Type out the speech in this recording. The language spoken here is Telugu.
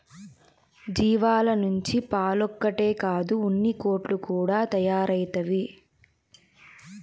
జీవాల నుంచి పాలొక్కటే కాదు ఉన్నికోట్లు కూడా తయారైతవి